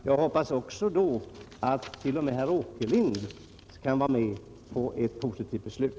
Jag hoppas också att t.o.m. herr Åkerlind då skall vara med om ett positivt beslut.